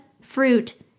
fruit